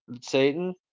Satan